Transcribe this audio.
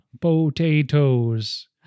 potatoes